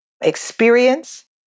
experience